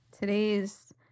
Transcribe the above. Today's